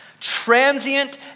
transient